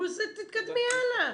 תתקדמי הלאה.